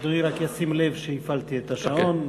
אדוני רק ישים לב שהפעלתי את השעון.